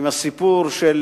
עם הסיפור של